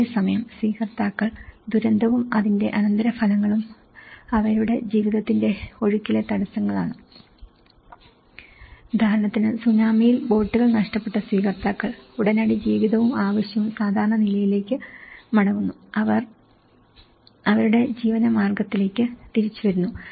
അതേസമയം സ്വീകർത്താക്കൾ ദുരന്തവും അതിന്റെ അനന്തരഫലങ്ങളും അവരുടെ ജീവിതത്തിന്റെ ഒഴുക്കിലെ തടസ്സങ്ങളാണ് ഉദാഹരണത്തിന് സുനാമിയിൽ ബോട്ടുകൾ നഷ്ടപ്പെട്ട സ്വീകർത്താക്കൾ ഉടനടി ജീവിതവും ആവശ്യവും സാധാരണ നിലയിലേക്ക് മടങ്ങുന്നു അവർ അവരുടെ ഉപജീവനമാർഗത്തിലേക്ക് തിരിച്ചുവരുന്നു